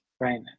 Right